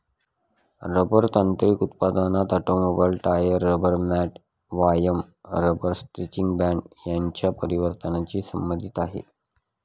rubber तांत्रिक उत्पादनात automobile, tyre, rubber mat, व्यायाम रबर स्ट्रेचिंग बँड यांच्या परिवर्तनाची संबंधित आहे